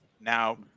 Now